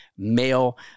male